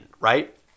right